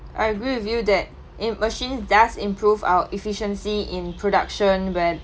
I agree with you that in machines does improve our efficiency in production when